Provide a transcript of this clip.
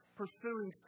pursuing